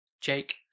Jake